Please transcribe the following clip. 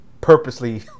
purposely